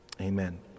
amen